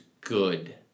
good